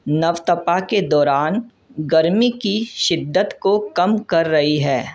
نو تپا کے دوران گرمی کی شدت کو کم کر رہی ہے